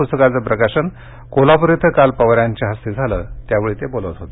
पुस्तकाचं प्रकाशन कोल्हापूर श्वें काल पवार यांच्या हस्ते झालंयावेळी ते बोलत होते